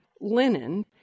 linen